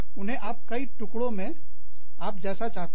उन्हें आप कई टुकड़ों में आप जैसा आप चाहते हैं